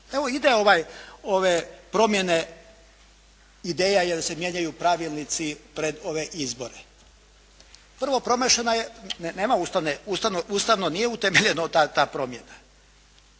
Evo, ide ove promjene ideja jer se mijenjaju pravilnici pred ove izbore. Prvo, promašena. Nema ustavne, ustavno nije utemeljena ta promjena